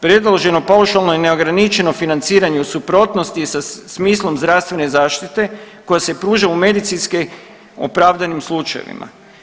Predloženo paušalno i neograničeno financiranje u suprotnosti je sa smislom zdravstvene zaštite koja se pruža u medicinski opravdanim slučajevima.